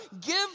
give